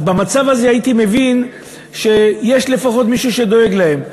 אז במצב הזה הייתי מבין שיש לפחות מי שדואג להם.